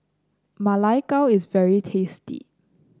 Ma Lai Gao is very tasty